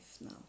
now